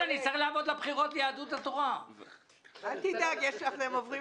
בשביל זה למדנו